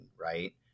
right